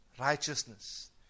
righteousness